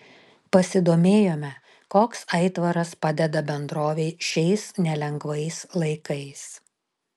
pasidomėjome koks aitvaras padeda bendrovei šiais nelengvais laikais